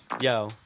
yo